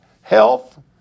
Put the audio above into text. health